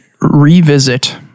revisit